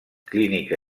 clínica